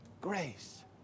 Grace